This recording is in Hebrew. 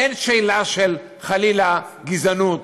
אין שאלה של, חלילה, גזענות